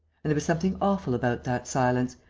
and there was something awful about that silence,